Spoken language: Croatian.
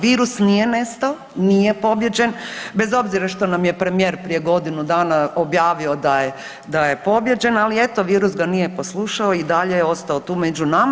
Virus nije nestao, nije pobijeđen bez obzira što nam je premijer prije godinu dana objavio da je pobijeđen, ali eto virus ga nije poslušao i dalje je ostao tu među nama.